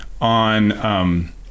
on